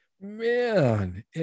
Man